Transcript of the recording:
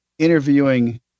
interviewing